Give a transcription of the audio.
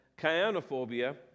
cyanophobia